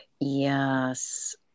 Yes